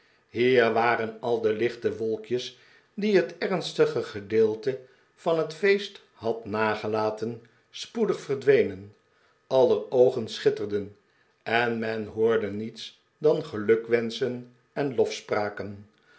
hier waren al de lichte wolkjes die het ernstige gedeelte van het feest had nagelaten spoedig verdwenen aller oogen schitterden en men hoorde niets dan gelukwenschen en lofspraken